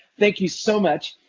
thank you so much.